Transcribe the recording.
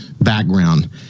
background